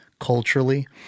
culturally